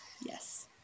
Yes